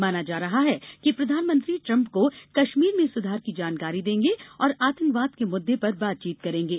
माना जा रहा है कि प्रधानमंत्री ट्रम्प को कश्मीर में सुधार की जानकारी देंगे और आतंकवाद के मुद्दे पर बातचीत करेंगे